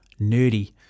nerdy